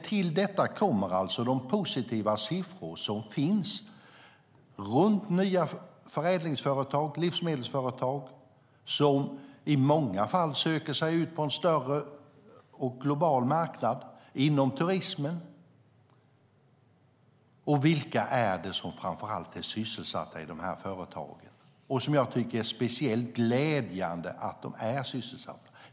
Till detta kommer alltså de positiva siffrorna när det gäller nya förädlingsföretag och livsmedelsföretag som i många fall söker sig ut på en större och global marknad inom turismen. Och vilka är det framför allt som är sysselsatta i dessa företag, vilket jag tycker är speciellt glädjande?